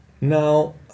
Now